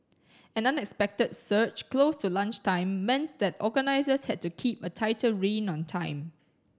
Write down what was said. an unexpected surge close to lunchtime meant that organisers had to keep a tighter rein on time